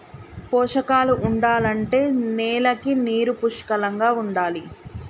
పోషకాలు ఉండాలంటే నేలకి నీరు పుష్కలంగా ఉండాలి